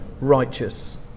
righteous